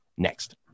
Next